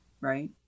right